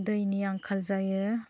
दैनि आंखाल जायो